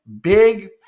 big